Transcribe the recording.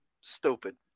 Stupid